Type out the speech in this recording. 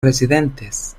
residentes